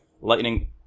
Lightning